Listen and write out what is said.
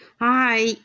Hi